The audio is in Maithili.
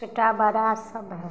छोटा बड़ा सब